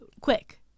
quick